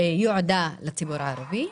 יועדה לציבור הערבי,